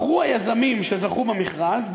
מכרו היזמים שזכו במכרז,